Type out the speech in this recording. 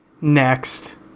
Next